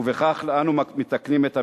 ובכך אנו מתקנים את המעוות.